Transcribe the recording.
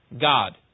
God